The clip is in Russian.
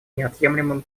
неотъемлемым